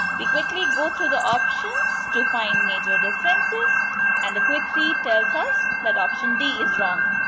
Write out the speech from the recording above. we quickly go through the options to find major differences and a quick read tells us that option d is wrong,